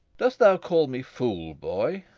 dost thou call me fool, boy?